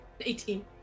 18